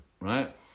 right